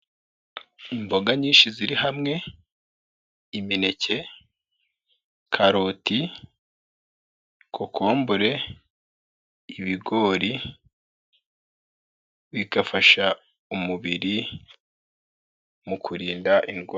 Imboga nyinshi ziri hamwe, imineke, karoti, kokombure, ibigori, bigafasha umubiri mu kurinda indwara.